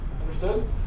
Understood